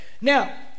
Now